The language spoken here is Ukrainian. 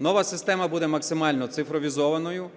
Нова система буде максимально цифровізованою.